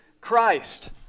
Christ